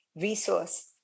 resource